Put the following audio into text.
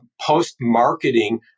post-marketing